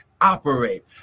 operate